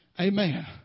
Amen